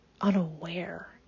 unaware